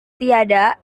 tiada